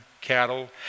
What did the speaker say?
cattle